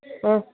ആ